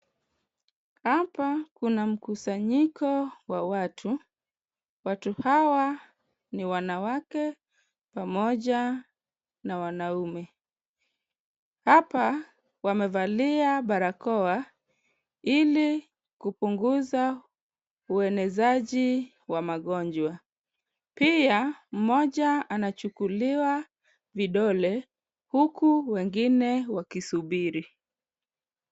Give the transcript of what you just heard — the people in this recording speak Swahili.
Hapa kuna mkusanyiko wa watu. Watu hawa ni wanawake pamoja na wanaume. Hapa wamevalia barakoa ili kupunguza uenezaji wa magonjwa. Pia mmoja anachukuliwa vidole huku wengine wakisubiri.